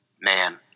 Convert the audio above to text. man